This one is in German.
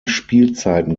spielzeiten